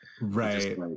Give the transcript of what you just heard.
Right